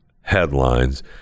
headlines